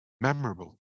memorable